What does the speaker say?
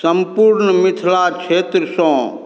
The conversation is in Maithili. सम्पूर्ण मिथिला क्षेत्रसँ